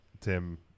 Tim